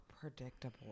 predictable